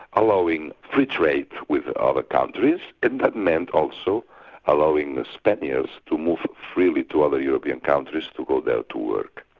allowing free trade with other countries, and that meant also allowing the spaniards to move freely to other european countries to go there to work.